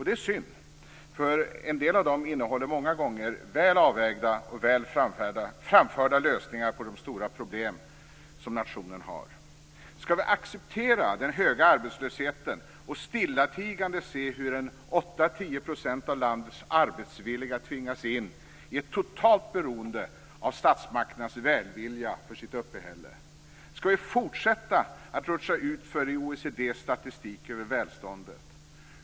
Det är synd, eftersom en del av dem många gånger innehåller väl avvägda och väl framförda lösningar på de stora problem som nationen har. Skall vi acceptera den höga arbetslösheten och stillatigande se hur 8-10 % av landets arbetsvilliga tvingas in i ett totalt beroende av statsmakternas välvilja för sitt uppehälle? Skall vi fortsätta att rutscha utför i OECD:s statistik över välståndet?